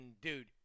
dude